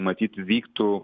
matyt vyktų